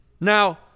Now